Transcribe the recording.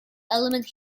element